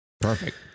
Perfect